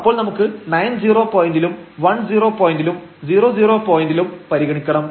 അപ്പോൾ നമുക്ക് 90 പോയന്റിലും 10 പോയന്റിലും 00 പോയന്റിലും പരിഗണിക്കണം